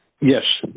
Yes